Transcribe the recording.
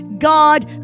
God